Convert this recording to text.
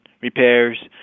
repairs